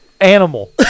animal